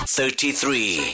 thirty-three